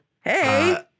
hey